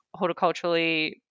horticulturally